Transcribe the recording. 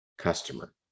customer